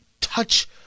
touch